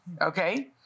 okay